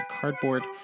cardboard